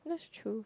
that's true